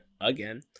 again